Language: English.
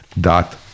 dot